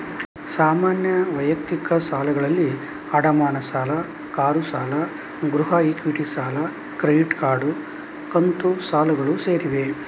ಸಾಮಾನ್ಯ ವೈಯಕ್ತಿಕ ಸಾಲಗಳಲ್ಲಿ ಅಡಮಾನ ಸಾಲ, ಕಾರು ಸಾಲ, ಗೃಹ ಇಕ್ವಿಟಿ ಸಾಲ, ಕ್ರೆಡಿಟ್ ಕಾರ್ಡ್, ಕಂತು ಸಾಲಗಳು ಸೇರಿವೆ